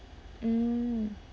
mm